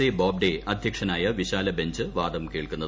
A Bobde അദ്ധ്യക്ഷനായ വിശാലബെഞ്ച് വാദം കേൾക്കുന്നത്